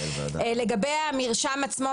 לגבי המרשם עצמו,